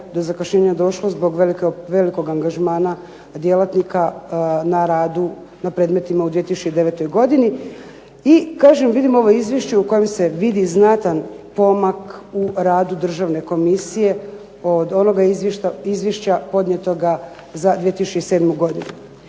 do zakašnjenja došlo zbog velikog angažmana djelatnika na radu na predmetima u 2009. godini. I kažem, vidim ovo izvješće u kojem se vidi znatan pomak u radu Državne komisije od onoga izvješća podnijetoga za 2007. godinu.